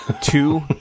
two